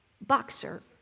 Boxer